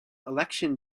election